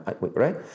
Right